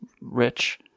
rich